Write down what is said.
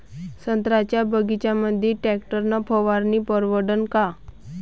संत्र्याच्या बगीच्यामंदी टॅक्टर न फवारनी परवडन का?